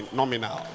nominal